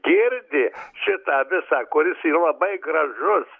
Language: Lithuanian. girdi šitą visą kuris yra labai gražus